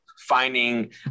finding